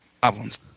problems